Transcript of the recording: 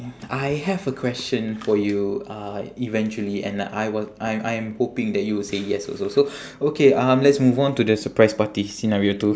I have a question for you uh eventually and like I wa~ I I am hoping that you will say yes also so okay um let's move on to the surprise party scenario two